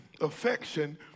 affection